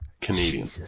Canadian